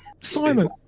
Simon